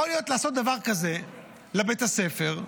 יכולים לעשות דבר כזה בבית הספר,